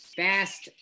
fast